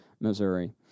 Missouri